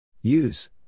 Use